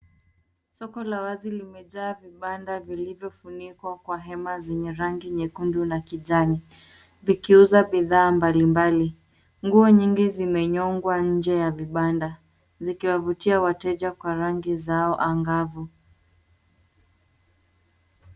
Soko la wazi limejaa vibanda vilivyofunikwa kwa hema zenye rangi nyekundu na kijani, vikiuza bidhaa mbalimbali. Nguo nyingi zimenyongwa nje ya vibanda, zikiwavutia wateja kwa rangi zao angavu.